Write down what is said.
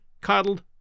coddled